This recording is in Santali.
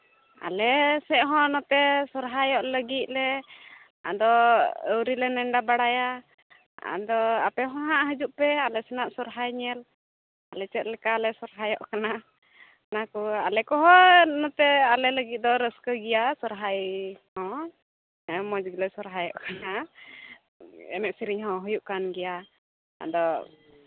ᱟᱞᱮ ᱥᱮᱫᱦᱚᱸ ᱱᱚᱛᱮ ᱥᱚᱦᱚᱨᱟᱭᱚᱜ ᱞᱟᱹᱜᱤᱫᱞᱮ ᱟᱫᱚ ᱟᱹᱣᱨᱤᱞᱮ ᱱᱮᱸᱰᱟ ᱵᱟᱲᱟᱭᱟ ᱟᱫᱚ ᱟᱯᱮᱦᱚᱸ ᱦᱟᱸᱜ ᱦᱤᱡᱩᱜ ᱯᱮ ᱟᱞᱮ ᱥᱮᱱᱟᱜ ᱥᱚᱦᱚᱨᱟᱭ ᱧᱮᱞ ᱟᱞᱮ ᱪᱮᱫ ᱞᱮᱠᱟ ᱞᱮ ᱥᱚᱦᱚᱨᱟᱭᱚᱜ ᱠᱟᱱᱟ ᱚᱱᱟᱠᱚ ᱟᱞᱮ ᱠᱚᱦᱚᱸ ᱱᱚᱛᱮ ᱟᱞᱮ ᱞᱟᱹᱜᱤᱫ ᱫᱚ ᱨᱟᱹᱥᱠᱟᱹ ᱜᱮᱭᱟ ᱫᱚ ᱨᱟᱹᱥᱠᱟᱹᱭ ᱜᱮᱭᱟ ᱥᱚᱦᱚᱨᱟᱭ ᱥᱟᱶ ᱢᱚᱡᱽ ᱜᱮᱞᱮ ᱥᱚᱨᱦᱟᱭᱚᱜ ᱠᱟᱱᱟ ᱮᱱᱮᱡ ᱥᱮᱨᱮᱧ ᱦᱚᱸ ᱦᱩᱭᱩᱜ ᱠᱟᱱ ᱜᱮᱭᱟ ᱟᱫᱚ